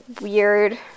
weird